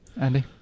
Andy